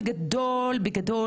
בגדול, בגדול,